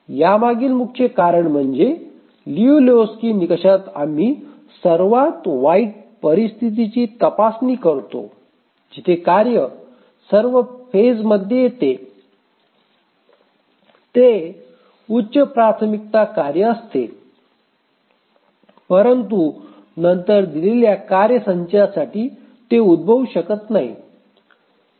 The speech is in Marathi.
यामागील मुख्य कारण म्हणजे लियू लेहोक्स्की निकषात आम्ही सर्वात वाईट परिस्थितीची तपासणी करतो जिथे कार्य सर्व फेज मध्ये येते ते उच्च प्राथमिकता कार्य असते परंतु नंतर दिलेल्या कार्य संचासाठी ते उद्भवू शकत नाही